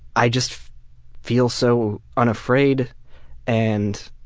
i just feel so unafraid and